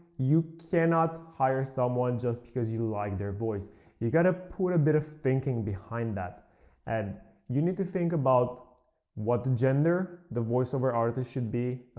you cannot hire someone just because you like their voice you have to put a bit of thinking behind that and you need to think about what gender the voiceover artist should be,